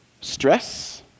stress